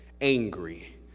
angry